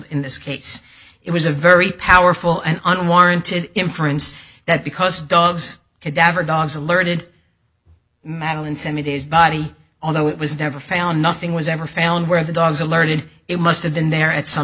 in this case it was a very powerful and unwarranted inference that because dogs cadaver dogs alerted mallinson it is body although it was never found nothing was ever found where the dogs alerted it must have been there at some